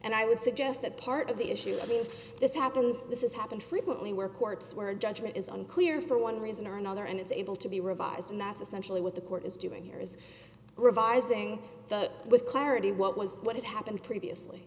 and i would suggest that part of the issue i mean this happens this is happened frequently where courts where a judgment is unclear for one reason or another and it's able to be revised and that's essentially what the court is doing here is revising the with clarity what was what had happened previously